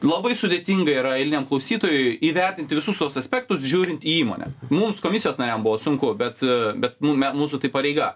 labai sudėtinga yra eiliniam klausytojui įvertinti visus tuos aspektus žiūrint į įmonę mums komisijos nariam buvo sunku bet bet mum me mūsų tai pareiga